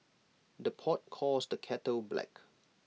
the pot calls the kettle black